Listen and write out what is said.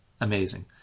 amazing